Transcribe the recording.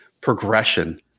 progression